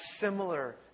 similar